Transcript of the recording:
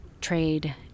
trade